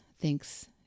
thinks